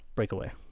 Breakaway